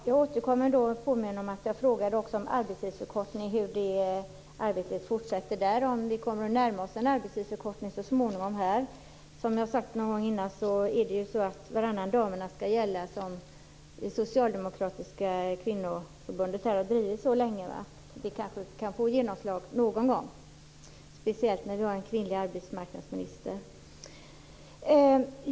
Fru talman! Jag vill påminna om att jag också frågade hur arbetet med arbetstidsförkortning fortsätter och om vi så småningom kommer att närma oss en arbetstidsförkortning. Som jag sagt tidigare är det ju varannan damernas som skall gälla, vilket även Socialdemokratiska kvinnoförbundet har drivit så länge. Det kanske kan få genomslag någon gång, speciellt när vi har en kvinnlig arbetsmarknadsminister.